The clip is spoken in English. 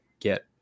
get